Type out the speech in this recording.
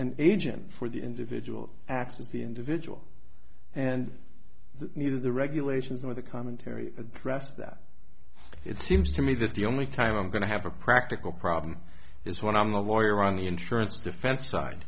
an agent for the individual acts of the individual and the regulations or the commentary address that it seems to me that the only time i'm going to have a practical problem is when i'm a lawyer on the insurance defense side